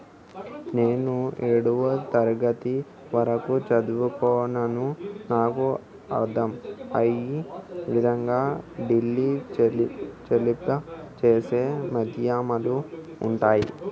నేను ఏడవ తరగతి వరకు చదువుకున్నాను నాకు అర్దం అయ్యే విధంగా బిల్లుల చెల్లింపు చేసే మాధ్యమాలు ఉంటయా?